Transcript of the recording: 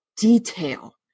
detail